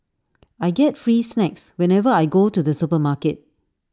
I get free snacks whenever I go to the supermarket